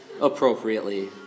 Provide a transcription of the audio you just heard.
appropriately